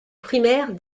primaire